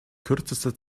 kürzester